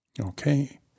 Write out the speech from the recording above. okay